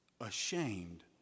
Ashamed